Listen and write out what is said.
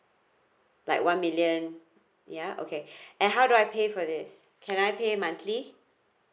like one million ya okay and how do I pay for this can I pay monthly